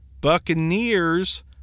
Buccaneers